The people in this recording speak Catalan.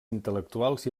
intel·lectuals